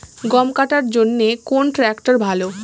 গম কাটার জন্যে কোন ট্র্যাক্টর ভালো?